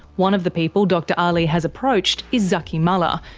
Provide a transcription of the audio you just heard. one of the people dr ah aly has approached is zaky mallah,